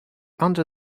under